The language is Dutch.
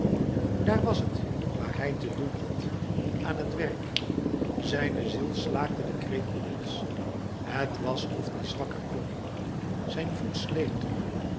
daar was het waar hij te doen had aan het werk zijne ziel slaakte den kreet nog eens het was of die zwakker klonk zijn voet sleepte